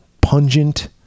pungent